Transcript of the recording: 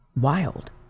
Wild